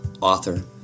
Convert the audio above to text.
author